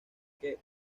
que